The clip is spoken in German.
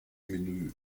menü